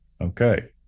Okay